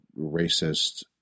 racist